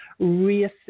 reassess